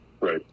Right